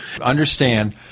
understand